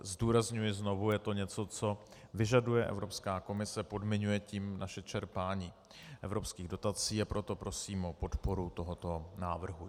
Zdůrazňuji znovu, je to něco, co vyžaduje Evropská komise, podmiňuje tím naše čerpání evropských dotací, a proto prosím o podporu tohoto návrhu.